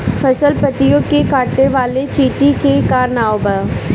फसल पतियो के काटे वाले चिटि के का नाव बा?